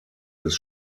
des